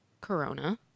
corona